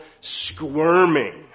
squirming